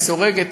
היא סורגת,